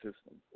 system